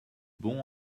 bons